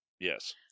Yes